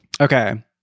Okay